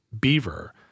beaver